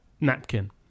napkin